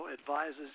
advises